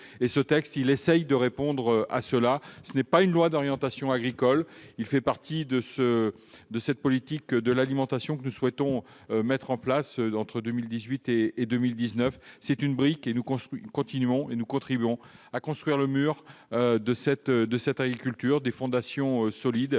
Le texte essaye de répondre à cette problématique. Ce n'est pas une loi d'orientation agricole. Cela fait partie de la politique de l'alimentation que nous souhaitons mettre en place entre 2018 et 2019. C'est une brique, et nous contribuons ainsi à construire le mur de cette agriculture, avec des fondations solides.